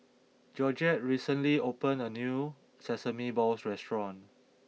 Georgette recently opened a new Sesame Balls restaurant